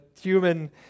human